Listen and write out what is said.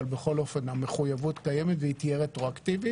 אבל בכל אופן המחויבות קיימת והיא תהיה רטרואקטיבית.